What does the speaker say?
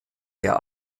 der